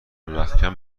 رختکن